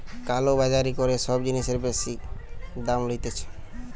কালো বাজারি করে সব জিনিসের বেশি দাম লইতেছে